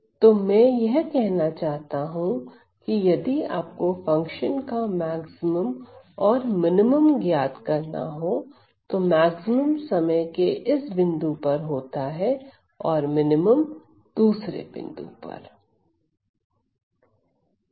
तो मैं यह कहना चाहता हूं कि यदि आपको फंक्शन का मैक्सिमम और मिनिमम ज्ञात करना हो तो मैक्सिमम समय के इस बिंदु पर होता है और मिनिमम दूसरे बिंदु पर